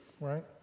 right